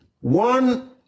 One